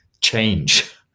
change